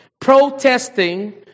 protesting